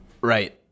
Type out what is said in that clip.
Right